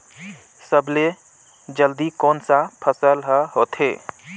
सबले जल्दी कोन सा फसल ह होथे?